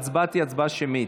ההצבעה תהיה הצבעה שמית.